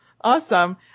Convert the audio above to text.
Awesome